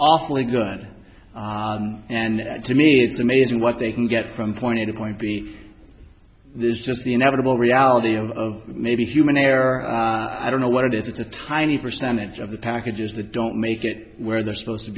awfully good and to me it's amazing what they can get from point a to point b there's just the inevitable reality of maybe human error i don't know what it is it's a tiny percentage of the packages that don't make it where they're supposed to